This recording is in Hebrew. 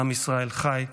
"עם ישראל חי",